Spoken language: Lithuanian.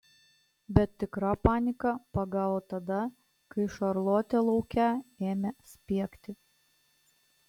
bet tikra panika pagavo tada kai šarlotė lauke ėmė spiegti